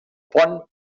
pont